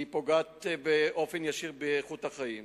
זה פוגע באופן ישיר באיכות החיים.